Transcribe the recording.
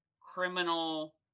criminal